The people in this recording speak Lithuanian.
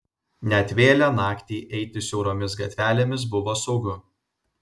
net vėlią naktį eiti siauromis gatvelėmis buvo saugu